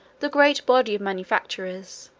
the great body of manufacturers,